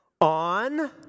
on